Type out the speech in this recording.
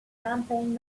campaign